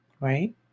right